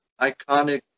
iconic